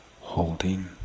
holding